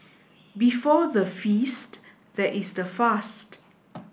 before the feast there is the fast